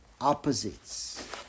opposites